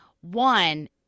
one